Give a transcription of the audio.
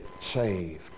saved